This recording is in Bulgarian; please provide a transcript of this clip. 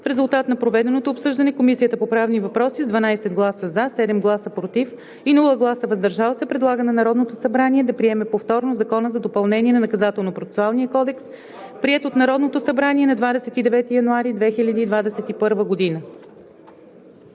В резултат на проведеното обсъждане Комисията по правни въпроси с 12 гласа „за“, 7 гласа „против“ и без „въздържал се“ предлага на Народното събрание да приеме повторно Закона за допълнение на Наказателно-процесуалния кодекс, приет от Народното събрание на 29 януари 2021 г.“